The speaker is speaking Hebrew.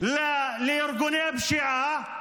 לארגוני הפשיעה,